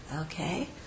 Okay